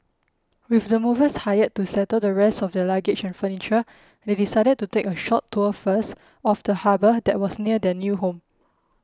with the movers hired to settle the rest of their luggage and furniture they decided to take a short tour first of the harbour that was near their new home